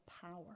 power